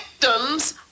victims